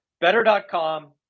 better.com